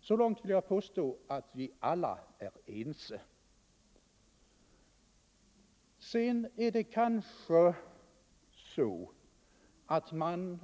Så långt vill jag påstå att vi alla är ense. Sedan är det kanske så att man